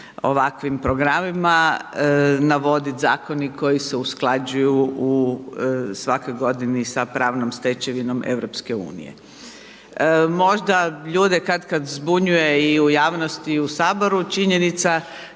ovakvim programima navoditi zakoni koji se usklađuju svake godine sa pravnom stečevinom EU-a. Možda ljude katkad zbunjuje i u javnosti i u Saboru činjenica